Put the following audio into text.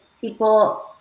people